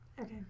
Okay